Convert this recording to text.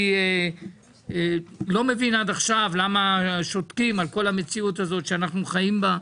אני לא מבין עד עכשיו למה שותקים על כל המציאות שאנחנו חיים בה.